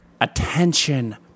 Attention